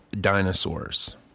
dinosaurs